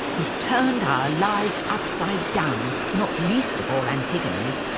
who'd turned our lives upside down not least of all antigone's.